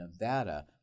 Nevada